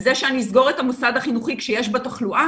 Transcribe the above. זה שאני אסגור את המוסד החינוכי כשיש בו תחלואה